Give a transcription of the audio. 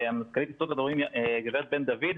מזכ"לית הסתדרות המורים, הגב' בן דוד,